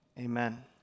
Amen